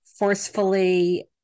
forcefully